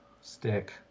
stick